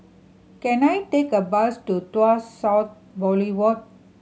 can I take a bus to Tuas South Boulevard